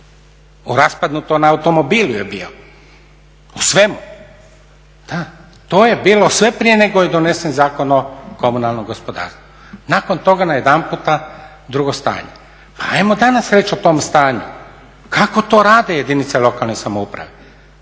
u raspadnutom automobilu je bio, u svemu. Da, to je bilo sve prije nego je donesem Zakon o komunalnom gospodarstvu. Nakon toga najedanputa drugo stanje. Pa ajmo danas reći o tom stanju, kako to rade jedinice lokalne samouprave?